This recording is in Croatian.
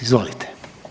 Izvolite.